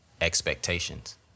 expectations